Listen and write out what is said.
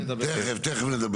תכף נדבר.